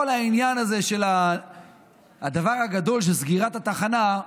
כל העניין הזה, הדבר הגדול של סגירת התחנה,